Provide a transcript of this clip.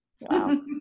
Wow